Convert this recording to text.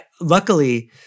luckily